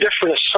different